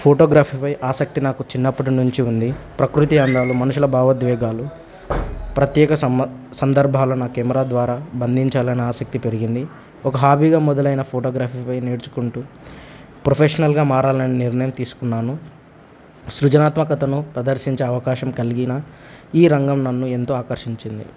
ఫోటోగ్రఫీపై ఆసక్తి నాకు చిన్నప్పటినుంచి ఉంది ప్రకృతి అందాలు మనుషుల భావోద్వేగాలు ప్రత్యేక సమ సందర్భాలు నా కెమెరా ద్వారా బంందించాలని ఆసక్తి పెరిగింది ఒక హాబీగా మొదలైన ఫోటోగ్రఫీపై నేర్చుకుంటూ ప్రొఫెషనల్గా మారాలని నిర్ణయం తీసుకున్నాను సృజనాత్మకతను ప్రదర్శించే అవకాశం కలిగిన ఈ రంగం నన్ను ఎంతో ఆకర్షించింది